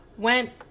went